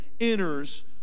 enters